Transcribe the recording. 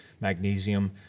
magnesium